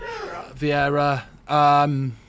Vieira